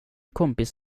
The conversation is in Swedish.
kompis